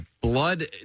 blood